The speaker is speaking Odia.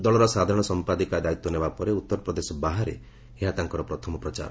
ଦଳର ସାଧାରଣ ସମ୍ପାଦିକା ଦାୟିତ୍ୱ ନେବା ପରେ ଉତ୍ତରପ୍ରଦେଶ ବାହାରେ ଏହା ତାଙ୍କର ପ୍ରଥମ ପ୍ରଚାର